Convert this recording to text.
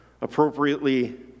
appropriately